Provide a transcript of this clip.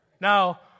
Now